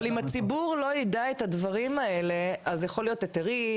אבל אם הציבור לא יידע את הדברים האלה אז יכולים להיות היתרים,